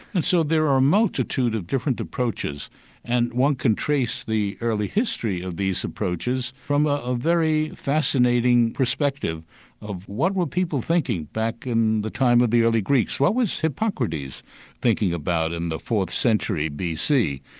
and so there are a multitude of different approaches and one can trace the early history of these approaches from a a very fascinating perspective of what were people thinking back in the time of the early greeks? what was hippocrates thinking about in the fourth century bc.